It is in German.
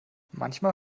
manchmal